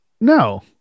No